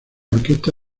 orquesta